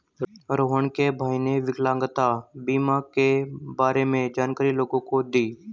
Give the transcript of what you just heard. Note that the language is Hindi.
रोहण के भाई ने विकलांगता बीमा के बारे में जानकारी लोगों को दी